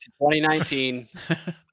2019